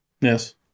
Yes